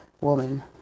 woman